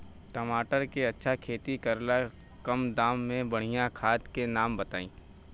टमाटर के अच्छा खेती करेला कम दाम मे बढ़िया खाद के नाम बताई?